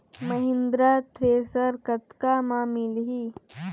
Mahindra thresher कतका म मिलही?